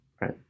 Right